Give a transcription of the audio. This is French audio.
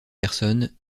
personnes